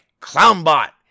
Clownbot